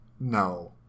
No